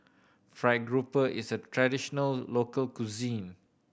fried grouper is a traditional local cuisine